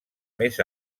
més